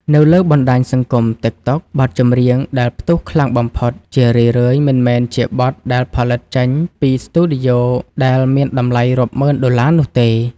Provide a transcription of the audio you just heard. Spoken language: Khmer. នៅលើបណ្តាញសង្គម TikTok បទចម្រៀងដែលផ្ទុះខ្លាំងបំផុត ជារឿយៗមិនមែនជាបទដែលផលិតចេញពីស្ទូឌីយោដែលមានតម្លៃរាប់ម៉ឺនដុល្លារនោះទេ។